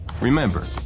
Remember